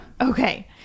Okay